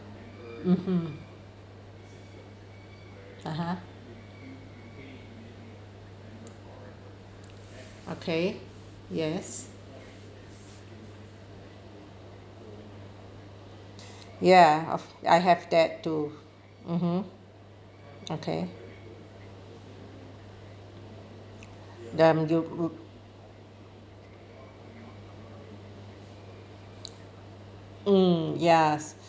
mmhmm (uh huh) okay yes ya oh I have that too mmhmm okay mm yes